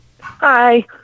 Hi